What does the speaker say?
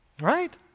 Right